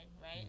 right